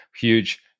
huge